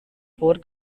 for